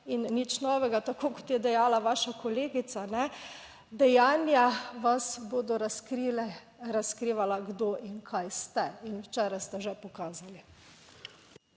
Nič novega. Tako kot je dejala vaša kolegica, dejanja vas bodo razkrila kdo in kaj ste. In včeraj ste že pokazali.